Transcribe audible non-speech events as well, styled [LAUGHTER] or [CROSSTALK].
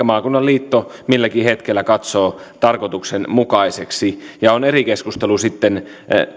[UNINTELLIGIBLE] maakunnan liitto milläkin hetkellä katsoo tarkoituksenmukaisiksi ja nämä suojelualueet ovat sitten